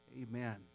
amen